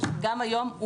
גם היום,